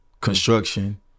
construction